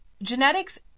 genetics